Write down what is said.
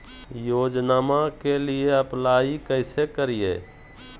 योजनामा के लिए अप्लाई कैसे करिए?